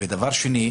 ודבר שני,